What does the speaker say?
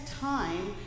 time